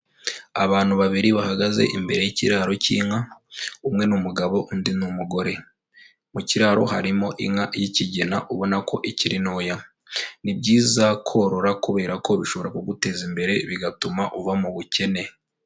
Abantu babiri bahagaze imbere y'ikiraro cy'inka umwe ni umugabo undi ni umugore, mu kiraro harimo inka y'ikigina ubona ko ikiri ntoya, ni byiza korora kubera ko bishobora kuguteza imbere bigatuma uva mu bukene.